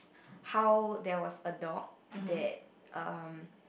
how there was a dog that um